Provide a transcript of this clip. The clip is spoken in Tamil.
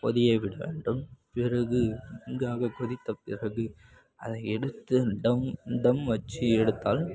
கொதிய விட வேண்டும் பிறகு நன்றாக கொதித்த பிறகு அதை எடுத்து தம் தம் வச்சு எடுத்தால்